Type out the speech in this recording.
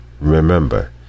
remember